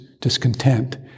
discontent